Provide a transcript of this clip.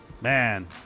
man